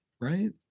Right